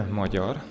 magyar